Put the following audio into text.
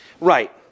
Right